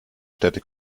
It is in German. städte